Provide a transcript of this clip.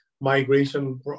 migration